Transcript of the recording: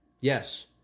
Yes